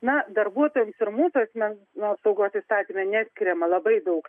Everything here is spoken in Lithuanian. na darbuotojams ir mūsų asmens apsaugos įstatyme neskiriama labai daug